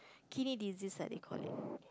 kidney disease ah they call it